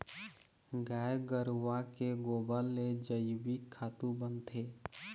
गाय गरूवा के गोबर ले जइविक खातू बनथे